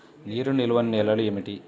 నీరు నిలువని నేలలు ఏమిటి?